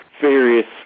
various